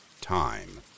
Time